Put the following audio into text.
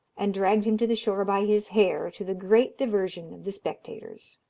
and dragged him to the shore by his hair, to the great diversion of the spectators.